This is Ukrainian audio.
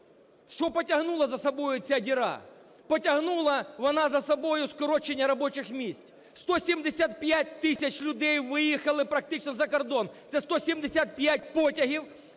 Що потягнула за собою ця діра? Потягнула вона за собою скорочення робочих місць, 175 тисяч людей виїхали практично за кордон. Це 175 потягів,